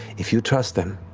if you trust them,